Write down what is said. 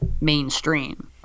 mainstream